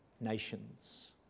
nations